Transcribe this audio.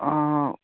ꯑꯥ